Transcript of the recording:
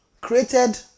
created